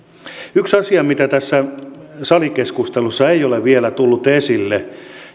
yksi asia mikä tässä salikeskustelussa ei ole vielä tullut esille